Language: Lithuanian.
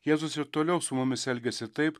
jėzus ir toliau su mumis elgiasi taip